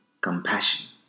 compassion